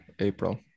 april